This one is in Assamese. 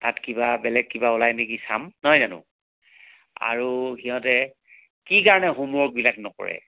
তাত কিবা বেলেগ কিবা ওলাই নেকি চাম নহয় জানো আৰু সিহঁতে কি কাৰণে হোমওৰ্কবিলাক নকৰে